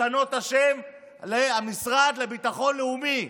לשנות את השם למשרד ל"ביטחון לאומי".